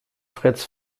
freds